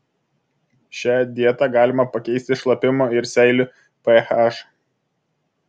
šia dieta galima pakeisti šlapimo ir seilių ph